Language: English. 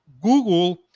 Google